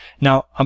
Now